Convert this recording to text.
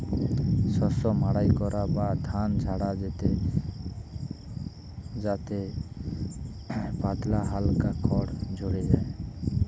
শস্য মাড়াই করা বা ধান ঝাড়া যাতে পাতলা হালকা খড় ঝড়ে যায়